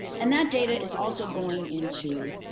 and that data is also going into